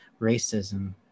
racism